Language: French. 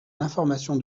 l’information